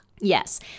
Yes